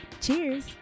Cheers